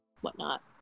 whatnot